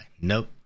Nope